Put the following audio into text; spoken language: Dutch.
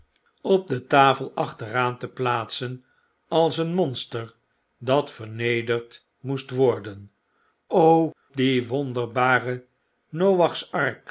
op de tafel achteraan te plaatsen als een monster dat vernederd moest worden die